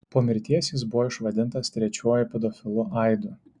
po mirties jis buvo išvadintas trečiuoju pedofilu aidu